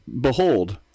behold